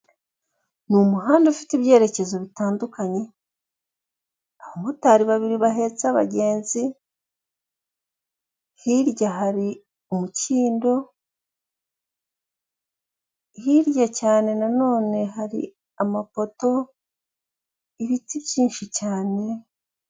Ni umuhanda ufite ibyerekezo bitandukanye, abamotari babiri bahetse abagenzi, hirya hari umukindo, hirya cyane nanone hari amapoto, ibiti byinshi cyane,...